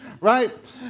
right